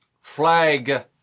flag